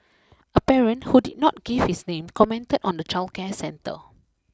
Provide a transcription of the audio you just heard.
a parent who did not give his name commented on the childcare centre